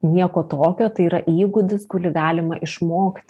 nieko tokio tai yra įgūdis kurį galima išmokti